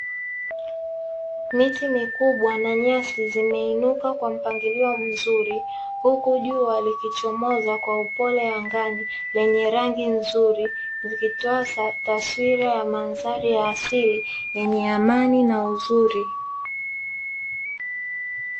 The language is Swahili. Miti mikubwa na nyasi zimeinuka kwa mpangilio mzuri, huku jua likichomoza kwa upole angani, lenye rangi nzuri zikitoa taswira ya mandhari ya asili yenye amani na uzuri.